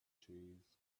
trees